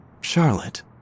Charlotte